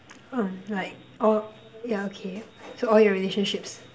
oh like all yeah okay so all your relationships